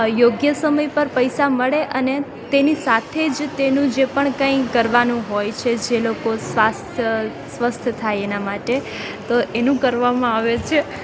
યોગ્ય સમય પર પૈસા મળે અને તેની સાથે જ તેનું જે પણ કંઈ કરવાનું હોય છે જે લોકો સ્વાસ્થ્ય સ્વસ્થ થાય એના માટે તો એનું કરવામાં આવે છે